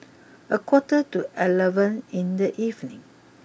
a quarter to eleven in the evening